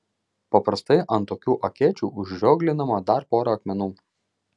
paprastai ant tokių akėčių užrioglinama dar pora akmenų